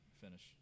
finish